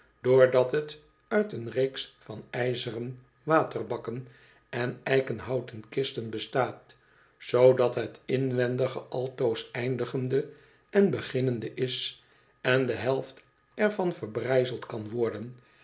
doordat het uit een reeks van ijzeren waterbakken en eikenhouten kisten bestaat zoodat het inwendige altoos eindigende en beginnende is en de helft er van verbrijzeld kan worden